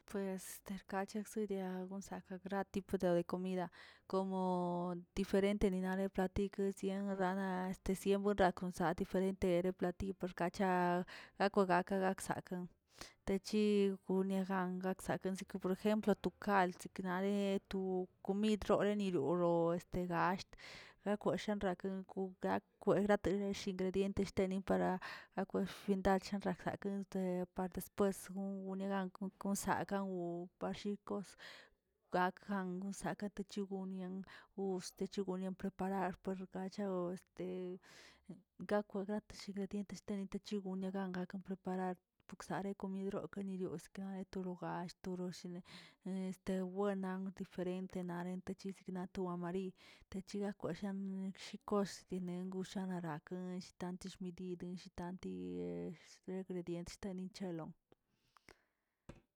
Bez stakkachi kzedawgan saka gratip ka de comida como diferente ninaꞌ le platiy kosia ranaꞌ este sien kosia kon saꞌa diferente replatiyo parkacha gako gakə kakꞌsakeꞌ, techi gone gan akan ziꞌ por ejemplo tu kald siknale to komid kogrorolə o este gallt konsgaraken kwgak kwerate shirakwꞌ yenteshteni para akwe byendad ransakeꞌn de par después goni gak kon gonzakan parshi kos gakjan tesike kachigon us te gonian preparar para gachow este, gaw diate shekediente techigone gan gakra bara kosadə komid ganirior skanetioꞌ gall tore shile en este wennan diferente naꞌ nete chisknato amarill', techiga kwashin chi kos dii nen gush narakə shtan shmedidi shi tanti de derte ingredient teni shtanilon.